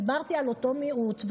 דיברתי על אותו מיעוט,